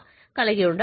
కాబట్టి ఇది జరగవచ్చు